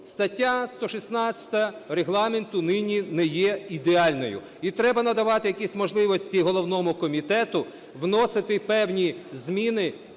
стаття 116 Регламенту нині не є ідеальною і треба надавати якісь можливості головному комітету вносити певні зміни